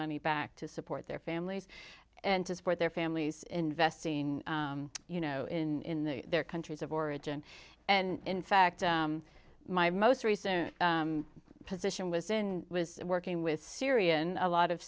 money back to support their families and to support their families investing you know in their countries of origin and in fact my most recent position was in was working with syria in a lot of